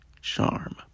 charm